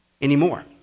anymore